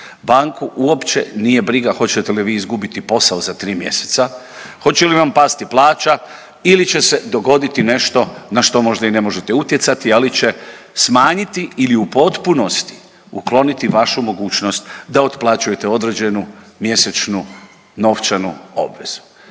Banku uopće nije briga hoćete li vi izgubiti posao za tri mjeseca, hoće li vam pasti plaća ili će se dogoditi nešto na što možda i ne možete utjecati, ali će smanjiti ili u potpunosti ukloniti vašu mogućnost da otplaćujete određenu mjesečnu novčanu obvezu.